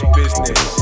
business